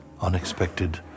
unexpected